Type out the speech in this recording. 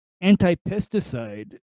anti-pesticide